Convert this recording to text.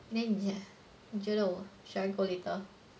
我跟你讲你觉得我 should I go later